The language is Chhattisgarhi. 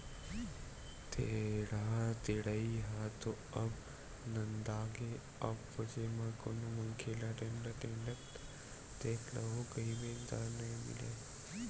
टेंड़ा टेड़ई ह तो अब नंदागे अब खोजे म कोनो मनखे ल टेंड़ा टेंड़त देख लूहूँ कहिबे त नइ मिलय